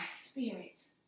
spirit